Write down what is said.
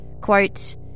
Quote